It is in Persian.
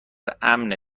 امنه